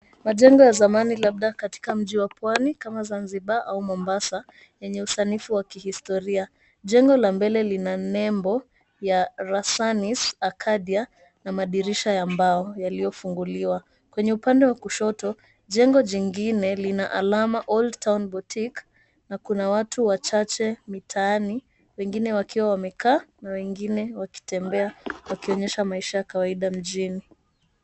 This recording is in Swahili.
Majengo ya zamani, labda katika mji wa pwani kama Zanzibar au Mombasa, yenye usanifu wa kihistoria. Jengo la mbele lina nembo ya, Rasanis Arcadia, na madirisha ya mbao yaliyofunguliwa. Kwenye upande wa kushoto jengo jingine lina alama, Old Town Boutique, na kuna watu wachache mitaani, wengine wakiwa wamekaa na wengine wakitembea, wakionyesha maisha ya kawaida mjini.